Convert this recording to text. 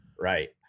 Right